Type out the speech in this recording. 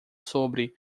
sobre